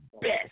best